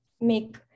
make